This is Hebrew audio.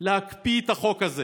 להקפיא את החוק הזה